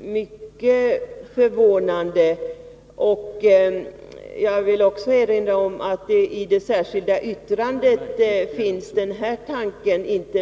mycket förvånande. Jag vill vidare erinra om att den tanke som framförts av Ingrid Sundberg inte återfinns i det särskilda yttrandet.